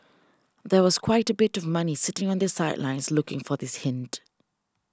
there was quite a bit of money sitting on the sidelines looking for this hint